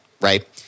Right